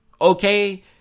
Okay